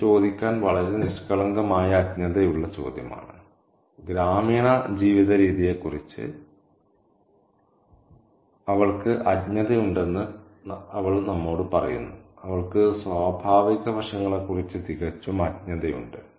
അത് ചോദിക്കാൻ വളരെ നിഷ്കളങ്കമായ അജ്ഞതയുള്ള ചോദ്യമാണ് ഗ്രാമീണ ജീവിതരീതിയെക്കുറിച്ച് അവൾക്ക് അജ്ഞതയുണ്ടെന്ന് അവൾ നമ്മോട് പറയുന്നു അവൾക്ക് സ്വാഭാവിക വശങ്ങളെക്കുറിച്ച് തികച്ചും അജ്ഞതയുണ്ട്